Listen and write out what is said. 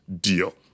deal